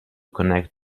connect